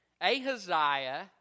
Ahaziah